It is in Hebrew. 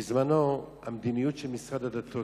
בזמנו, המדיניות של משרד הדתות